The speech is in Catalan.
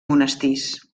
monestirs